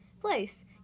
Place